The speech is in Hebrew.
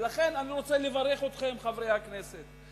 ולכן, אני רוצה לברך אתכם, חברי הכנסת.